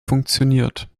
funktioniert